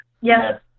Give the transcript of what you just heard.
Yes